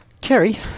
Kerry